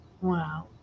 wow